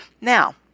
Now